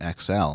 XL